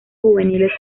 juveniles